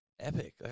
Epic